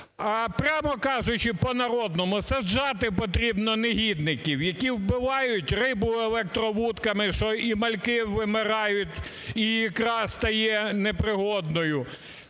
прямо кажучи, по-народному, саджати потрібно негідників, які вбивають рибу електровудками, що і мальки вимирають, і ікра стає непригодною,